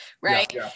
Right